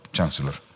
Chancellor